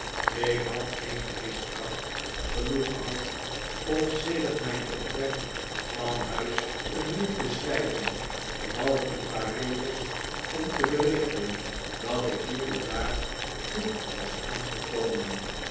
ik had geen geestkracht genoeg gehad om sedert mijn vertrek van huis een brief te schrijven behalve een paar regels om te berichten dat ik hier of daar goed was aangekomen